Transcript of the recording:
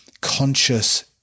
conscious